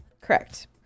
Correct